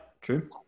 true